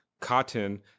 cotton